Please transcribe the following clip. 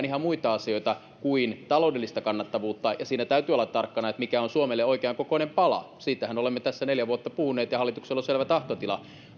ihan muita asioita kuin taloudellista kannattavuutta ja siinä täytyy olla tarkkana mikä on suomelle oikean kokoinen pala siitähän olemme tässä neljä vuotta puhuneet ja hallituksella on selvä tahtotila